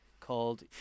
called